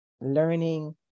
learning